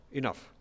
enough